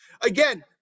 Again